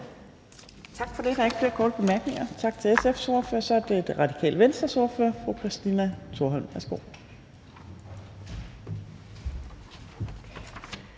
Tak for det. Der er ikke flere korte bemærkninger. Tak til SF's ordfører. Så er det Radikale Venstres ordfører, fru Christina Thorholm. Værsgo.